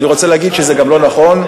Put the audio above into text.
אני רוצה להגיד שזה גם לא נכון.